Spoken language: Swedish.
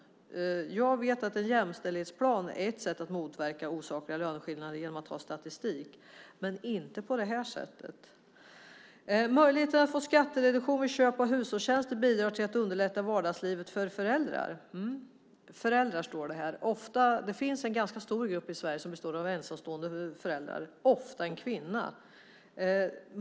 Jag vet att en jämställdhetsplan är ett sätt att motverka osakliga löneskillnader genom att ha statistik, men inte på det här sättet. Möjligheten att få skattereduktion vid köp av hushållstjänster bidrar till att underlätta vardagslivet för föräldrar. Ja. "Föräldrar", står det här. Det finns en ganska stor grupp i Sverige som består av ensamstående föräldrar, ofta kvinnor.